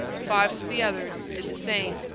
five of the others did the same.